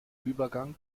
übergang